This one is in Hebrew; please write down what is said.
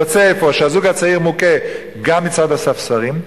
יוצא אפוא שהזוג הצעיר מוכה גם מצד הספסרים,